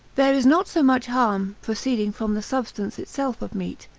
there is not so much harm proceeding from the substance itself of meat,